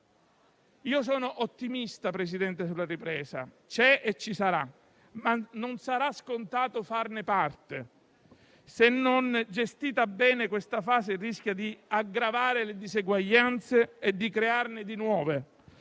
sono ottimista sulla ripresa: c'è e ci sarà, ma non sarà scontato farne parte. Se non gestita bene, questa fase rischia di aggravare le diseguaglianze e di crearne di nuove.